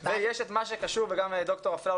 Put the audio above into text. מה שמתייחס ספציפית למכינות אופק בנושא הזה,